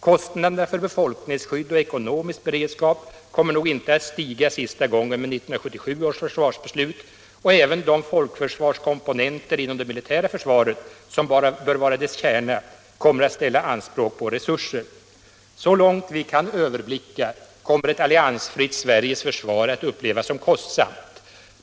Kostnaderna för befolkningsskydd och ekonomisk beredskap kommer nog inte att stiga sista gången med 1977 års försvarsbeslut, och även de folkförsvarskomponenter inom det militära försvaret som bör vara dess kärna kommer att ställa anspråk på resurser. Så långt vi kan överblicka kommer ett alliansfritt Sveriges försvar att upplevas som kostsamt.